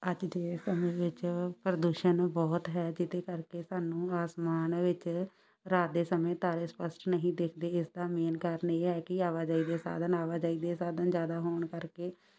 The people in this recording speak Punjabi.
ਅੱਜ ਦੇ ਸਮੇਂ ਵਿੱਚ ਪ੍ਰਦੂਸ਼ਣ ਬਹੁਤ ਹੈ ਜਿਹਦੇ ਕਰਕੇ ਸਾਨੂੰ ਆਸਮਾਨ ਵਿੱਚ ਰਾਤ ਦੇ ਸਮੇਂ ਤਾਰੇ ਸਪਸ਼ਟ ਨਹੀਂ ਦਿਖਦੇ ਇਸਦਾ ਮੇਨ ਕਾਰਨ ਇਹ ਹੈ ਕਿ ਆਵਾਜਾਈ ਦੇ ਸਾਧਨ ਆਵਾਜਾਈ ਦੇ ਸਾਧਨ ਜ਼ਿਆਦਾ ਹੋਣ ਕਰਕੇ